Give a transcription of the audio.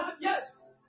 Yes